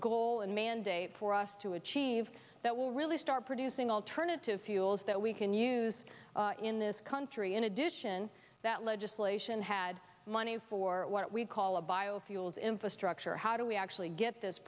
goal and mandate for us to achieve that will really start producing alternative fuels that we can use in this country in addition that legislation had money for what we call a biofuels infrastructure how do we actually get this